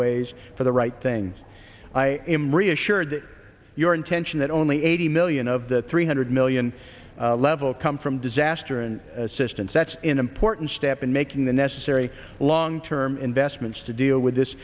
ways for the right things i am reassured your intention that only eighty million of the three hundred million level come from disaster and assistance that's important step in making the necessary long term investments to deal with this